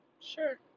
Sure